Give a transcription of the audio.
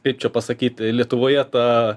kaip čia pasakyt lietuvoje ta